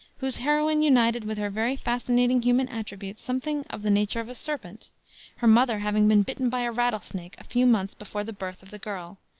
whose heroine united with her very fascinating human attributes something of the nature of a serpent her mother having been bitten by a rattlesnake a few months before the birth of the girl,